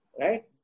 Right